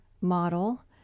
model